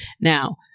Now